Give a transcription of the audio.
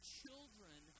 children